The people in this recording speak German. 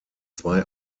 zwei